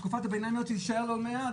שקיפות היום לא עובדת,